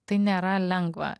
tai nėra lengva